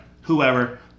whoever